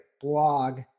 blog